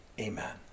Amen